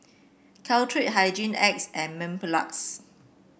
Caltrate Hygin X and Mepilex